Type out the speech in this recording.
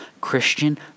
Christian